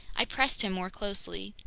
i pressed him more closely.